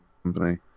company